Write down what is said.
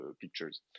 pictures